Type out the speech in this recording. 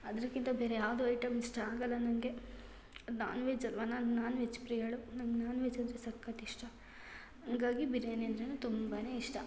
ಅದಕ್ಕಿಂತ ಬೇರೆ ಯಾವುದೂ ಐಟಮ್ಸ್ ಇಷ್ಟ ಆಗಲ್ಲ ಅದು ನಾನ್ ವೆಜ್ ಅಲ್ಲವಾ ನಾನು ನಾನ್ ವೆಜ್ ಪ್ರಿಯಳು ನಂಗೆ ನಾನ್ ವೆಜ್ ಅಂದರೆ ಸಖತ್ತು ಇಷ್ಟ ಹಂಗಾಗಿ ಬಿರ್ಯಾನಿ ಅಂದ್ರೇ ತುಂಬ ಇಷ್ಟ